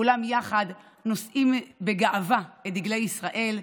כולם יחד נושאים בגאווה את דגלי ישראל,